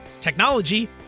technology